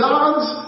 God's